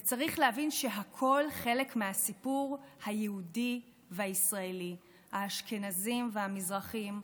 וצריך להבין שהכול חלק מהסיפור היהודי והישראלי: האשכנזים והמזרחים,